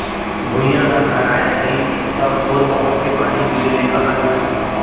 भुइयॉं ह खराय रही तौ थोर बहुत के पानी गिरे ले कहॉं रूकही